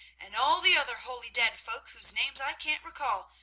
and all the other holy dead folk whose names i can't recall,